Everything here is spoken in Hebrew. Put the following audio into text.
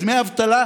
בדמי אבטלה.